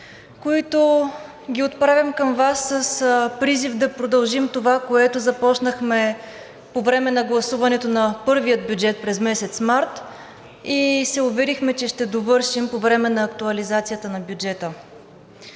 които отправям към Вас, с призив да продължим това, което започнахме по време на гласуването на първия бюджет през месец март и се уверихме, че ще довършим по време на актуализацията на бюджета.